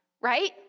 right